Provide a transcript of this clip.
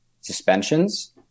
suspensions